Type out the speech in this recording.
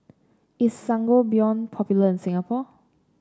is Sangobion popular in Singapore